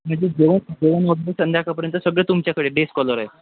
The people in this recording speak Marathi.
म्हणजे दोन दोन वाजून संध्याकाळपर्यंत सगळं तुमच्याकडे डे स्कॉलर आहे